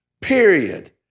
period